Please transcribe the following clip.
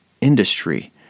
industry